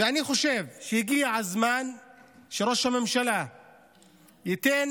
אני חושב שהגיע הזמן שראש הממשלה ייתן